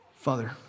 Father